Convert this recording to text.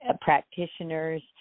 practitioners